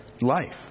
life